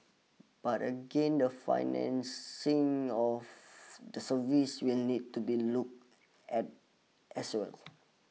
but again the financing of these services we needs to be looked at as well